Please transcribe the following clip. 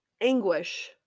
anguish